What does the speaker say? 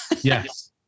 Yes